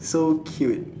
so cute